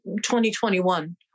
2021